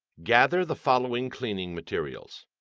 gather the following cleaning materials